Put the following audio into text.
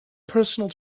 personal